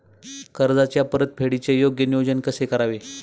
कर्जाच्या परतफेडीचे योग्य नियोजन कसे करावे?